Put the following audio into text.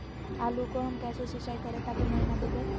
आलू को हम कैसे सिंचाई करे ताकी महिना डूबे?